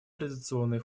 традиционные